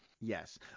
Yes